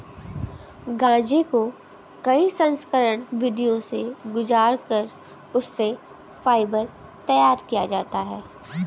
गांजे को कई संस्करण विधियों से गुजार कर उससे फाइबर तैयार किया जाता है